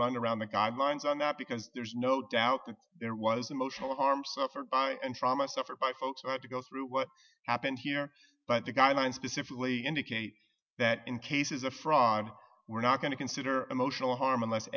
run around the guidelines on that because there's no doubt that there was emotional harm suffered and trauma suffered by folks to go through what happened here but the guidelines specifically indicate that in cases of fraud we're not going to consider emotional harm unless